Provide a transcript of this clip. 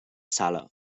sala